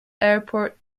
airport